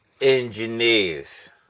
Engineers